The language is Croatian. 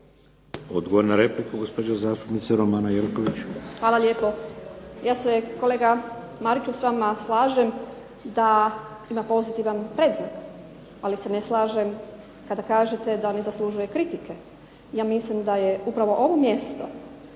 Odgovor na repliku, gospođa zastupnica Romana Jerković.